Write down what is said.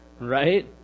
right